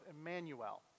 Emmanuel